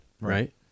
right